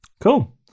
Cool